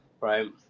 right